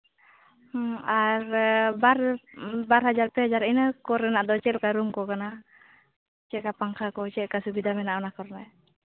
ᱚ ᱟᱨ ᱵᱟᱨ ᱦᱟᱡᱟᱨ ᱯᱮ ᱦᱟᱡᱟᱨ ᱤᱱᱟᱹ ᱠᱚᱨᱮᱱᱟᱜ ᱫᱚ ᱪᱮᱫ ᱞᱮᱠᱟ ᱨᱩᱢ ᱠᱚ ᱠᱟᱱᱟ ᱪᱮᱫ ᱞᱮᱠᱟ ᱯᱟᱝᱠᱷᱟ ᱠᱚ ᱪᱮᱫ ᱞᱮᱠᱟ ᱥᱩᱵᱤᱫᱷᱟ ᱢᱮᱱᱟᱜᱼᱟ ᱚᱱᱟ ᱠᱚᱨᱮᱫ